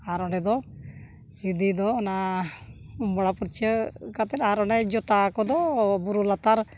ᱟᱨ ᱚᱸᱰᱮ ᱫᱚ ᱤᱫᱤ ᱫᱚ ᱚᱱᱟ ᱵᱚᱲᱟ ᱯᱚᱨᱪᱟᱹ ᱠᱟᱛᱮ ᱟᱨ ᱚᱸᱰᱮ ᱡᱚᱛᱟ ᱠᱚᱫᱚ ᱵᱩᱨᱩ ᱞᱟᱛᱟᱨ